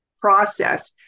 process